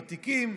ותיקים,